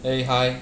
eh hi